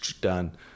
done